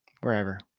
wherever